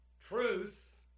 Truth